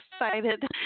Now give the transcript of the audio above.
excited